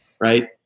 Right